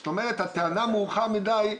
זאת אומרת שהטענה 'מאוחר מדי'